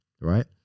right